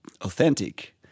authentic